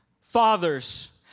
Fathers